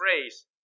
phrase